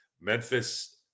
Memphis